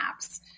apps